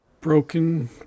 Broken